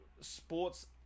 Sports